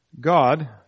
God